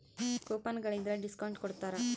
coupon ಗಳಿದ್ರ discount ಕೊಡ್ತಾರ